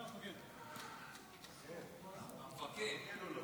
כן, המפקד.